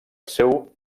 seu